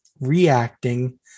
reacting